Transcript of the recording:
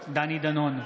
בעד דני דנון,